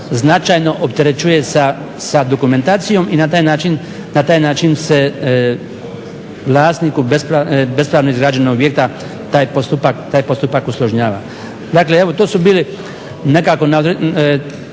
značajno opterećuje sa dokumentacijom i na taj način se vlasniku bespravno izgrađenog objekta taj postupak …/Ne razumije se./…. Dakle evo to su bili nekako konkretni